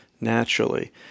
naturally